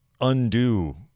undo